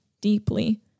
deeply